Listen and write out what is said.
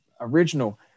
original